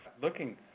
Looking